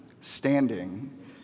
standing